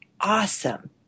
awesome